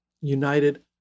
united